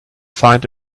find